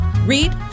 Read